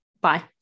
Bye